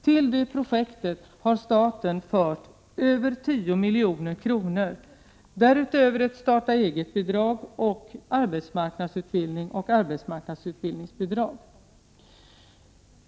Till det projektet har staten lämnat över 10 milj.kr. och därutöver ett starta-eget-bidrag, arbetsmarknadsutbildning samt arbetsmarknadsutbildningsbidrag.